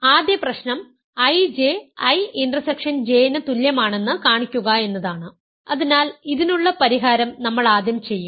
ആദ്യ പ്രശ്നം IJ I intersection J ന് തുല്യമാണെന്ന് കാണിക്കുക എന്നതാണ് അതിനാൽ ഇതിനുള്ള പരിഹാരം നമ്മൾ ആദ്യം ചെയ്യും